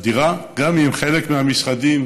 אדירה, גם אם חלק מהמשרדים